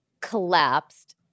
collapsed